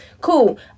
cool